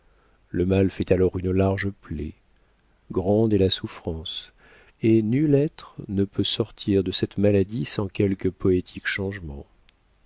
le mal fait alors une large plaie grande est la souffrance et nul être ne peut sortir de cette maladie sans quelque poétique changement